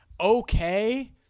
okay